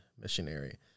missionary